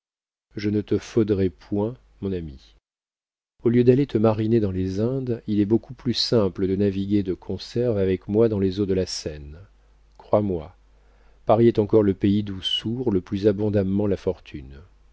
je ne te faudrai point mon ami au lieu d'aller te mariner dans les indes il est beaucoup plus simple de naviguer de conserve avec moi dans les eaux de la seine crois-moi paris est encore le pays d'où sourd le plus abondamment la fortune